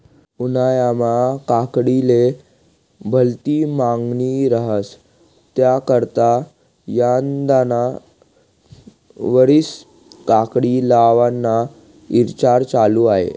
उन्हायामा काकडीले भलती मांगनी रहास त्याकरता यंदाना वरीस काकडी लावाना ईचार चालू शे